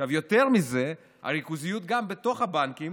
יותר מזה, הריכוזיות היא גם בתוך הבנקים,